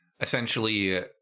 essentially